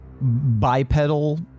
bipedal